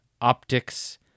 optics